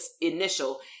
initial